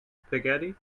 spaghetti